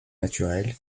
naturel